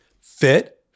fit